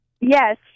Yes